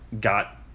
got